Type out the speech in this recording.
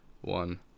one